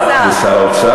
דרך אגב, ושר האוצר גם.